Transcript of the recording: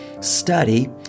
study